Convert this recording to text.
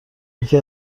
یکی